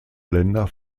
länder